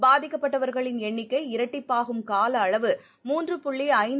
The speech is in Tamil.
பாதிக்கப்பட்டவர்களின் எண்ணிக்கை இரட்டிப்பாகும் கால அளவு மூன்று புள்ளி ஐந்து